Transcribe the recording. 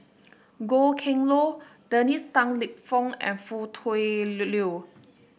Goh Kheng Long Dennis Tan Lip Fong and Foo Tui Liew